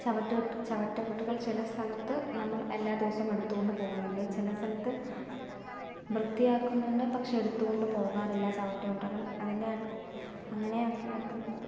ചവറ്റുകൊട്ട് ചവറ്റുകൊട്ടകൾ ചില സ്ഥലത്ത് നമ്മൾ എല്ലാ ദിവസവും എടുത്തുകൊണ്ട് പോകുന്നുണ്ട് ചില സ്ഥലത്ത് വൃത്തിയാക്കുന്നുണ്ട് പക്ഷെ എടുത്തുകൊണ്ട് പോകാറില്ല ചവറ്റുകൊട്ടകൾ അതിൻ്റെ അങ്ങനെയൊക്കെയാണ് പോകുന്നത്